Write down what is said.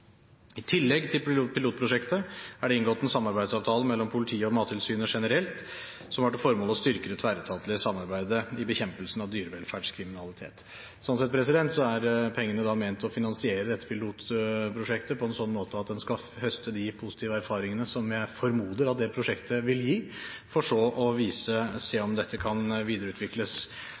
I tillegg til pilotprosjektet er det inngått en samarbeidsavtale mellom politiet og Mattilsynet generelt som har til formål å styrke det tverretatlige samarbeidet i bekjempelsen av dyrevelferdskriminalitet. Sånn sett er pengene ment å finansiere dette pilotprosjektet på en sånn måte at en skal høste de positive erfaringene som jeg formoder at det prosjektet vil gi, for så å